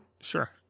sure